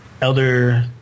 Elder